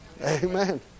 Amen